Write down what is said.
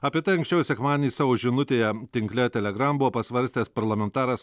apie tai anksčiau sekmadienį savo žinutėje tinkle telegram buvo pasvarstęs parlamentaras